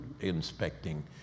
inspecting